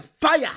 fire